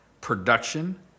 production